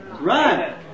Right